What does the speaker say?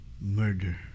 murder